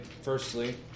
firstly